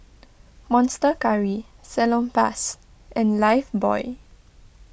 Monster Curry Salonpas and Lifebuoy